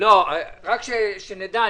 רק שנדע,